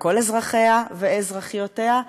על כל אזרחיה ואזרחיותיה,